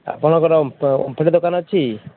ଆପଣଙ୍କର ଓମଫେଡ଼ ଦୋକାନ ଅଛି